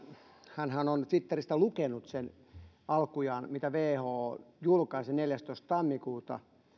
hänhän on twitteristä alkujaan lukenut sen mitä who julkaisi neljästoista tammikuuta